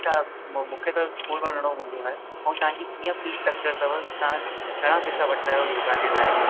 अच्छा म मूंखे त स्कूल वञिणो हुंदो आहे ऐं तव्हांजी कीअं फी स्ट्रक्चर अथव तव्हां घणा पैसा वठंदा आहियो योगा जे लाइ